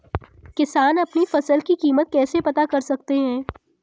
किसान अपनी फसल की कीमत कैसे पता कर सकते हैं?